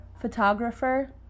photographer